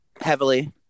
heavily